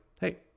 hey